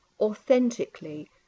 authentically